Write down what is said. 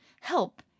Help